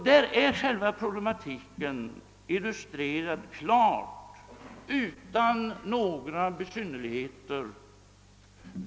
Här illustreras problematiken klart utan några besynnerligheter.